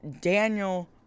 Daniel